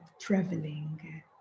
traveling